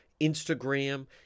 instagram